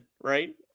right